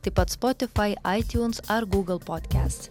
taip pat spotifai aitjuns ar gūgl podkest